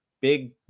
big